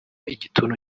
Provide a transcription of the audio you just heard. igituntu